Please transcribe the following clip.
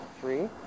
Three